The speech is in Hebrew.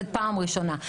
זה פעם ראשונה.